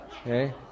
Okay